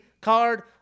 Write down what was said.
card